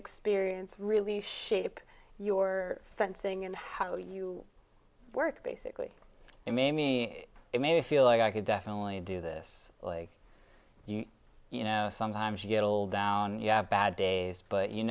experience really shape your fencing and how you work basically it made me it made me feel like i could definitely do this like you know sometimes you get a little down you have bad days but you